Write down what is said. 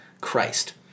Christ